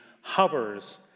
hovers